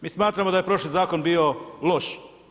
Mi smatramo da je prošli zakon bio loš.